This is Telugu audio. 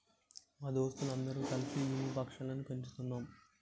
మా దోస్తులు అందరు కల్సి ఈము పక్షులని పెంచుతున్నాం